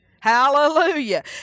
hallelujah